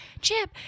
Chip